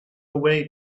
way